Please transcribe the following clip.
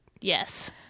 Yes